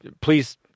please